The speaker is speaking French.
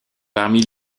parmi